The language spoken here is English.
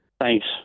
Thanks